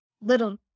little